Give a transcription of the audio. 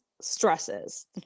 stresses